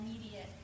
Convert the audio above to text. immediate